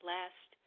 Last